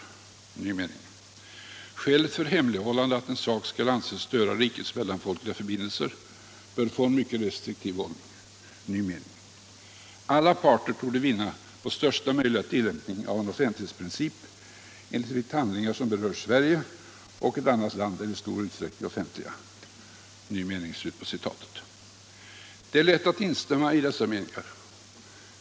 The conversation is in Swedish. Skälet för hemlighållande, att en sak skall anses störa rikets mellanfolkliga förbindelser, bör få en mycket restriktiv tolkning —---. Alla parter torde vinna på största möjliga tillämpning av en offentlighetsprincip, enligt villkor som berör Svergie och ett annat land är i stor utsträckning offentliga ——-=-.” Det är lätt att instämma i dessa meningar.